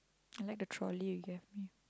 I like the trolley you gave me